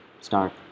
start